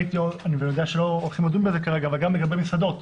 אני יודע שלא הולכים לדון בזה כרגע אבל גם לגבי מסעדות.